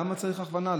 למה צריך הכוונה?